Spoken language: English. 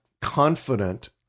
confident